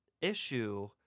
issue